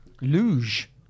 Luge